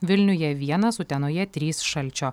vilniuje vienas utenoje trys šalčio